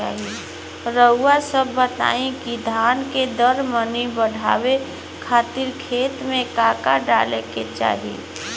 रउआ सभ बताई कि धान के दर मनी बड़ावे खातिर खेत में का का डाले के चाही?